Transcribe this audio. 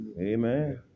Amen